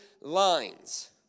lines